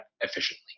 efficiently